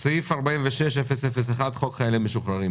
סעיף 46-001, חוק חיילים משוחררים.